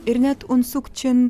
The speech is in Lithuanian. ir net unsuk čin